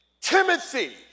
Timothy